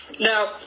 Now